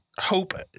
hope